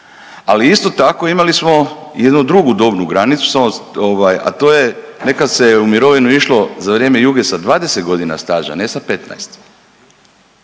ali isto tako imali smo jednu drugu dobnu granicu, a to je nekad se u mirovinu išlo za vrijeme Juge sa 20 godina staža, ne sa 15.